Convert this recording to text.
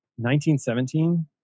1917